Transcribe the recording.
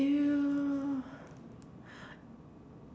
!eww!